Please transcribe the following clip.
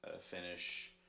finish